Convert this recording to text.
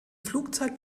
flugzeit